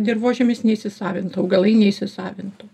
dirvožemis neįsisavins augalai neįsisavintų